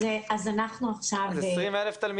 אז אנחנו עכשיו -- אז זה פער של 20,000 תלמידים.